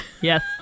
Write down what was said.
yes